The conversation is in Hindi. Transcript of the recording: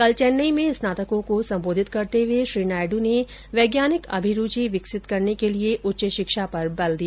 कल चेन्नई में स्नातकों को संबोधित करते हुए श्री नायड् ने वैज्ञानिक अभिरूचि विकसित करने के लिए उच्च शिक्षा पर बल दिया